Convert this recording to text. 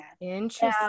Interesting